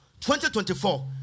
2024